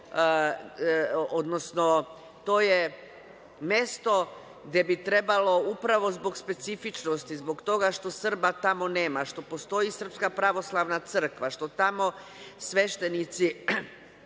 kriptu. To je mesto gde bi trebalo upravo zbog specifičnosti, zbog toga što Srba tamo nema, što postoji srpska pravoslavna crkva, što tamo mladi sveštenici